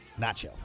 Nacho